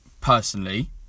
personally